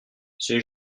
c’est